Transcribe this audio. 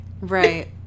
Right